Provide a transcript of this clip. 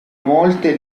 molte